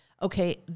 Okay